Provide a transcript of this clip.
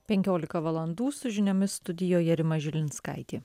penkiolika valandų su žiniomis studijoje rima žilinskaitė